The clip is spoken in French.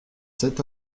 cet